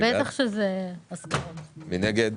מי נגד?